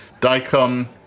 daikon